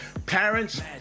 Parents